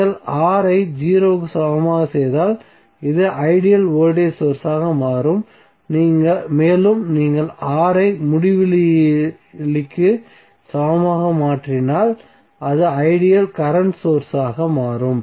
நீங்கள் R ஐ 0 க்கு சமமாக செய்தால் இது ஐடியல் வோல்டேஜ் சோர்ஸ் ஆக மாறும் மேலும் நீங்கள் R ஐ முடிவிலிக்கு சமமாக மாற்றினால் இது ஐடியல் கரண்ட் சோர்ஸ் ஆக மாறும்